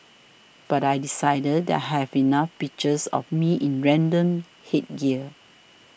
but I decided that I have enough pictures of me in random headgear